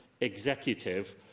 Executive